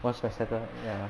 once I settle ya